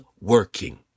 working